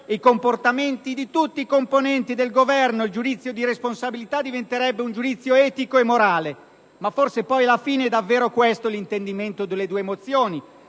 e i comportamenti di tutti i componenti del Governo e il giudizio di responsabilità diventerebbe un giudizio etico e morale. Ma forse, poi, alla fine, è davvero questo l'intendimento delle due mozioni.